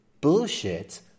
bullshit